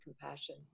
compassion